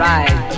Right